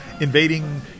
invading